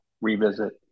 revisit